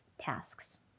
tasks